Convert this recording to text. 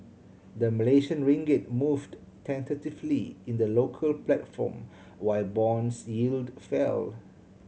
the Malaysian ringgit moved tentatively in the local platform while bonds yield fell